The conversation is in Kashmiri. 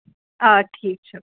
آ ٹھیٖک چھُ